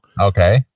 Okay